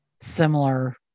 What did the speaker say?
similar